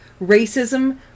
racism